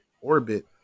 orbit